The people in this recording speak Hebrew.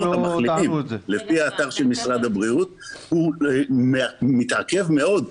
המחלימים לפי האתר של משרד הבריאות הוא מתעכב מאוד,